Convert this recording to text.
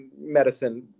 medicine